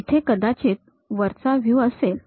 इथे हा कदाचित वरचा व्ह्यू असेल